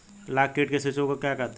लाख कीट के शिशु को क्या कहते हैं?